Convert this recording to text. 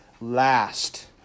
last